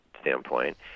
standpoint